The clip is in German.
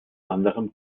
anderem